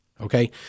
Okay